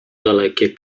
dalekie